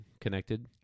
connected